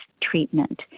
treatment